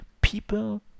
people